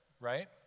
right